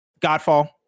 godfall